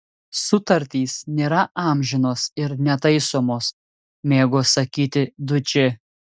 sutartys nėra amžinos ir netaisomos mėgo sakyti dučė